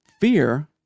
fear